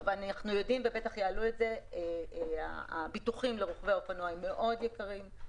אנחנו יודעים שהביטוחים לרוכבי האופנוע הם מאוד יקרים,